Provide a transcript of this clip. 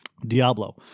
Diablo